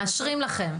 מאשרים לכם.